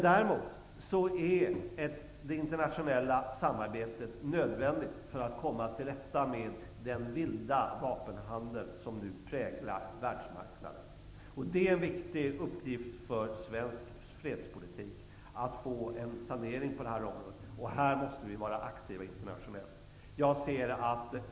Däremot är det internationella samarbetet nödvändigt för att komma till rätta med den vilda vapenhandel som nu präglar världsmarknaden. Det är en viktig uppgift för svensk fredspolitik att få till stånd en sanering på det här området. Här måste vi vara aktiva internationellt.